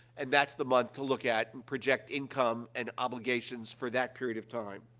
and that's the month to look at and project income and obligations for that period of time.